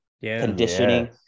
conditioning